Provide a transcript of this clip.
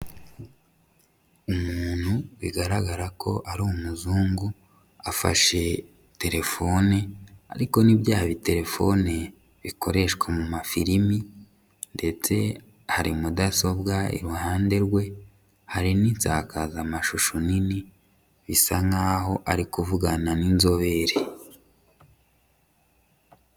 Umuntu bigaragara ko ari umuzungu, afashe telefone, ariko ni byaba telefone bikoreshwa mu mafirimi ndetse hari mudasobwa iruhande rwe, hari n'insakazamashusho nini, bisa nkaho ari kuvugana n'inzobere.